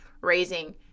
Raising